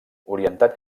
orientat